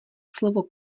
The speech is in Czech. slovo